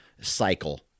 cycle